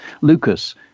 lucas